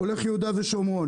הולך ליהודה ושומרון.